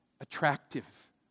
attractive